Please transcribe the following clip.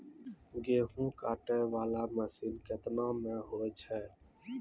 गेहूँ काटै वाला मसीन केतना मे होय छै?